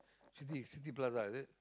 city City Plaza is it